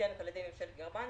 שניתנת על ידי ממשלת גרמניה.